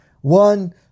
One